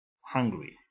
hungry